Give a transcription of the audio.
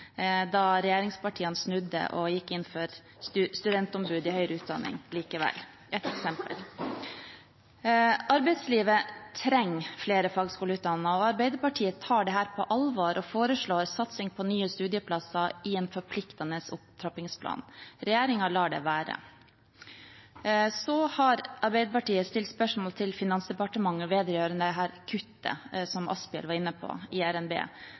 da regjeringspartiene snudde og likevel gikk inn for studentombud i høyere utdanning. Arbeidslivet trenger flere fagskoleutdannete. Arbeiderpartiet tar dette på alvor og foreslår satsing på nye studieplasser i en forpliktende opptrappingsplan. Regjeringen lar det være. Arbeiderpartiet har stilt spørsmål til Finansdepartementet vedrørende kuttet i RNB som Asphjell var inne på,